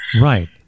Right